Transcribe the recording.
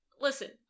Listen